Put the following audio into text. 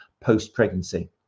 post-pregnancy